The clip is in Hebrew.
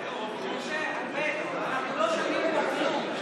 משה ארבל, אנחנו לא שומעים כאן כלום.